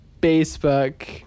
Facebook